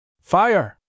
Fire